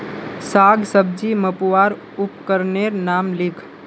साग सब्जी मपवार उपकरनेर नाम लिख?